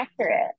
accurate